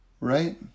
Right